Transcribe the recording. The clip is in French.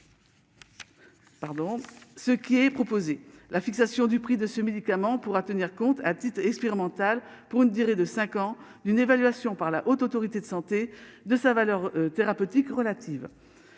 ce qui est proposé la fixation du prix de ce médicament pourra tenir compte à titre expérimental, pour une durée de 5 ans d'une évaluation par la Haute autorité de santé de sa valeur thérapeutique relative,